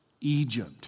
Egypt